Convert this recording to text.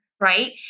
right